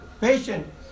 patient